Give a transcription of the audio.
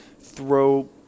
throw